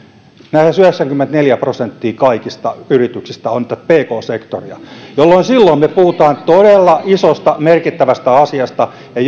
lähes yhdeksänkymmentäneljä prosenttia kaikista yrityksistä on tätä pk sektoria jolloin silloin me puhumme todella isosta merkittävästä asiasta ja